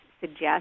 suggest